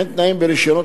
וכן תנאים ברשיונות,